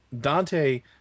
Dante